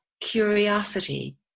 curiosity